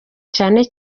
cyane